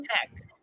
tech